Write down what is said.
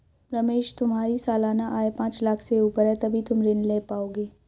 रमेश तुम्हारी सालाना आय पांच लाख़ से ऊपर है तभी तुम ऋण ले पाओगे